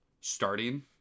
starting